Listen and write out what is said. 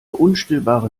unstillbare